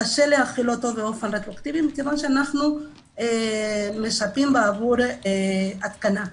קשה להחיל אותו רטרואקטיבית כיוון שאנחנו משפים בעבור התקנה.